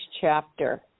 chapter